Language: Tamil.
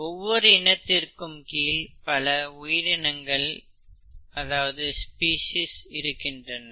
ஒவ்வொரு இனத்திற்கு கீழும் பல உயிரினங்கள் இருக்கின்றன